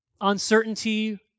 uncertainty